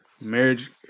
marriage